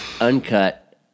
uncut